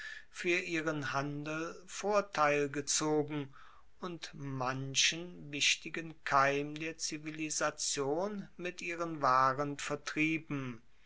fuer ihren handel vorteil gezogen und manchen wichtigen keim der zivilisation mit ihren waren vertrieben